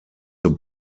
zur